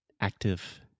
active